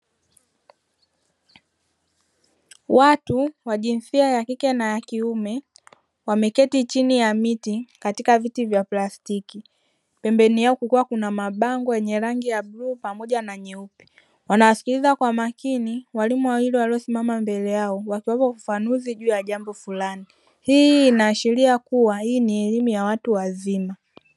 Watu wa jinsia ya kike na ya kiume wameketi chini ya miti katika viti vya plastiki. Pembeni yao kukiwa kuna mabango yenye rangi ya bluu pamoja na nyeupe. Wanasikiliza kwa makini walimu wao hilo waliosimama mbele yao wakiwapa ufafanuzi juu ya jambo fulani. Hii inaashiria kuwa hii ni elimu ya watu wazima.